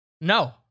No